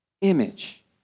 image